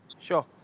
Sure